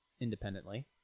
independently